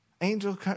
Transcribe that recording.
Angel